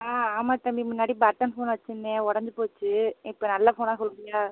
ஆ ஆமாம் தம்பி முன்னாடி பட்டன் ஃபோன் வச்சுருந்தேன் உடஞ்சி போச்சு இப்போ நல்ல ஃபோனாக சொல்லுறியா